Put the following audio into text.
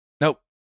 nope